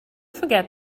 forget